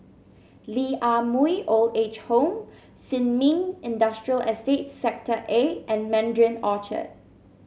Lee Ah Mooi Old Age Home Sin Ming Industrial Estate Sector A and Mandarin Orchard